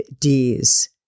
D's